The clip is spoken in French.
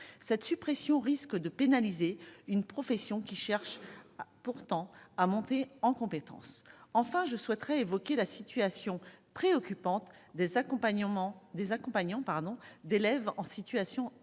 cette suppression risque de pénaliser une profession qui cherche pourtant à monter en compétences, enfin je souhaiterais évoquer la situation préoccupante des accompagnements, des accompagnants,